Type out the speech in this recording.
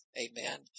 Amen